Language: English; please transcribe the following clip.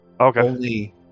Okay